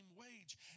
wage